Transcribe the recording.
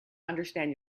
understand